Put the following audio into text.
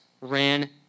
ran